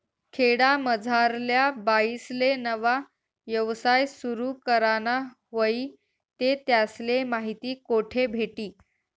खेडामझारल्या बाईसले नवा यवसाय सुरु कराना व्हयी ते त्यासले माहिती कोठे भेटी?